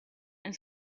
and